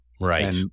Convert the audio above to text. Right